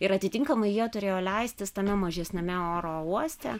ir atitinkamai jie turėjo leistis tame mažesniame oro uoste